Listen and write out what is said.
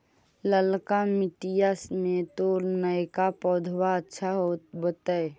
ललका मिटीया मे तो नयका पौधबा अच्छा होबत?